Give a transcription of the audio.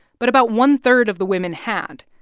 but about one-third of the women had.